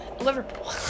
liverpool